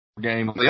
game